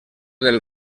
del